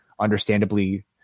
understandably